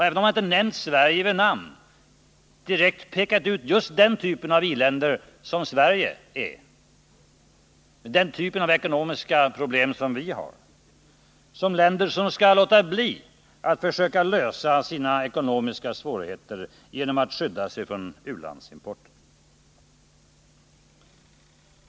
Även om han inte nämnt Sverige vid namn, har man där pekat ut just den typ av i-länder som har ekonomiska problem som Sverige och sagt att de bör låta bli att lösa sina ekonomiska svårigheter genom att skydda sig från u-landsimporten.